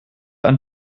ein